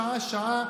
שעה-שעה,